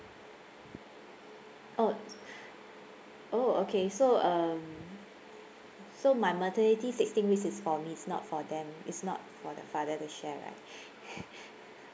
oh it's oh okay so um so my maternity sixteen weeks is for me it's not for them it's not for the father to share right